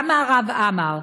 גם מהרב עמאר,